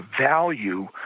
value